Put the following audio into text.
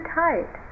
tight